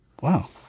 Wow